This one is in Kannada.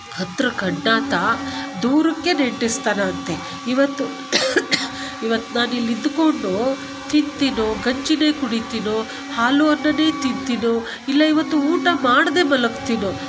ಹತ್ರಕ್ಕೆ ಅಡ್ಡ ಅಂತ ದೂರಕ್ಕೆ ನೆಂಟಸ್ತನ ಅಂತ ಇವತ್ತು ಇವತ್ತು ನಾನಿಲ್ಲಿ ಇದ್ದುಕೊಂಡು ತಿಂತಿನೋ ಗಂಜಿನೇ ಕುಡಿತೀನೋ ಹಾಲು ಅನ್ನನೇ ತಿಂತಿನೋ ಇಲ್ಲ ಇವತ್ತು ಊಟ ಮಾಡದೇ ಮಲಗ್ತಿನೋ